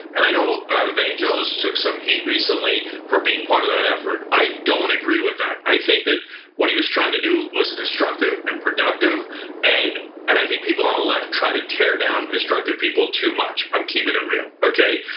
and i know and took some heat recently for being part of that effort. i don't agree with that. i think that what he was trying to do was constructive and productive and and i think people on the left try to tear down constructive people too much. i'm keeping it real, okay?